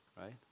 right